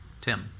Tim